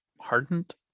Hardened